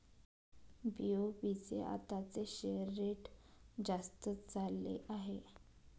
BOB चे आताचे share rate जास्तच चालले आहे